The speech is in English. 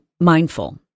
mindful